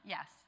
Yes